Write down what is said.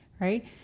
right